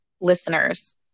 listeners